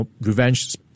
revenge